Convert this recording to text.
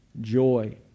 joy